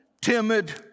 timid